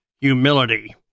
Humility